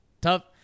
tough